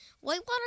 Whitewater